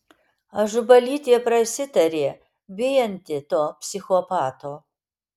ažubalytė prasitarė bijanti to psichopato